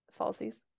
Falsies